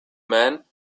man